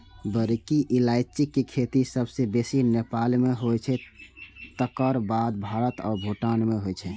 बड़की इलायचीक खेती सबसं बेसी नेपाल मे होइ छै, तकर बाद भारत आ भूटान मे होइ छै